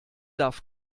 darf